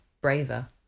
braver